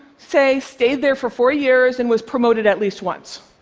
say, stayed there for four years and was promoted at least once.